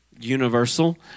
universal